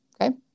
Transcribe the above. Okay